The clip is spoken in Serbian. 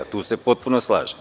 Tu se potpuno slažem.